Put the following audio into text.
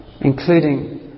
including